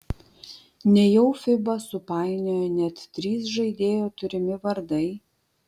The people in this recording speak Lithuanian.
nejau fiba supainiojo net trys žaidėjo turimi vardai